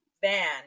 van